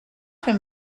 him